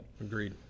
Agreed